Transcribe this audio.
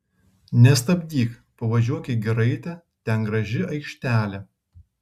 nestabdyk pavažiuok į giraitę ten graži aikštelė